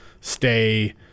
stay